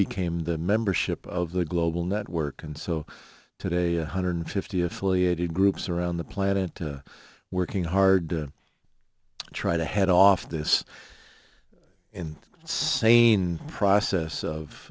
became the membership of the global network and so today one hundred fifty affiliated groups around the planet working hard to try to head off this and sane process